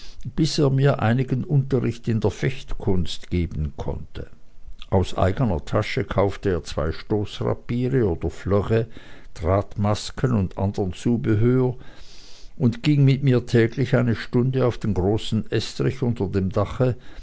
er mir einigen unterricht in der fechtkunst geben konnte aus eigener tasche kaufte er zwei stoßrapiere oder fleurets drahtmasken und andern zubehör und ging mit mir täglich eine stunde auf den großen estrich unter dem dache